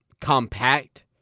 compact